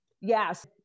Yes